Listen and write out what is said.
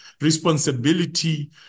responsibility